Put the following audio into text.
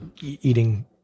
eating